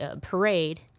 parade